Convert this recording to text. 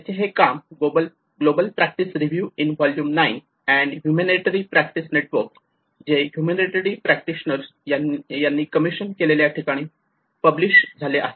त्यांचे हे काम global practice review in volume 9 and humanitarian practice network जे हुमणेतरीअन प्रॅक्टिशनर यांनी कमिशन केलेल्या ठिकाणी पब्लिष झाले आहे